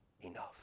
Enough